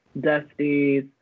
Dusty's